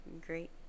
great